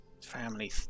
family